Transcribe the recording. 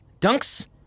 dunks